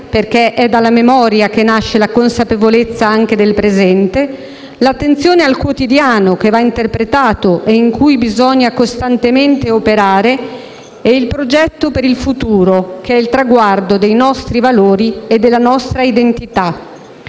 perché è dalla memoria che nasce la consapevolezza anche del presente, l'attenzione al quotidiano, che va interpretato e in cui bisogna costantemente operare, e il progetto per il futuro, che è il traguardo dei nostri valori e della nostra identità.